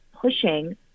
pushing